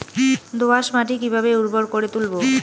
দোয়াস মাটি কিভাবে উর্বর করে তুলবো?